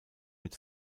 mit